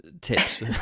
tips